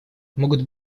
могут